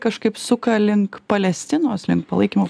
kažkaip suka link palestinos link palaikymo